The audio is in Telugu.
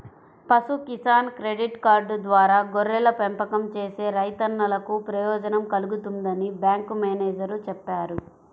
పశు కిసాన్ క్రెడిట్ కార్డు ద్వారా గొర్రెల పెంపకం చేసే రైతన్నలకు ప్రయోజనం కల్గుతుందని బ్యాంకు మేనేజేరు చెప్పారు